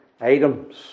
items